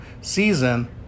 season